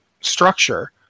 structure